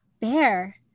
bear